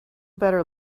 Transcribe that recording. better